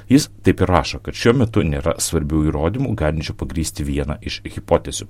jis taip ir rašo kad šiuo metu nėra svarbių įrodymų galinčių pagrįsti vieną iš hipotezių